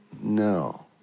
No